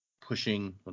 pushing